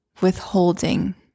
withholding